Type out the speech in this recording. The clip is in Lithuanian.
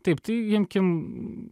taip tai imkim